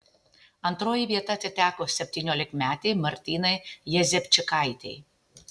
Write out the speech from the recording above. antroji vieta atiteko septyniolikmetei martynai jezepčikaitei